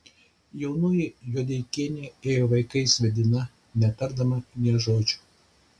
jaunoji juodeikienė ėjo vaikais vedina netardama nė žodžio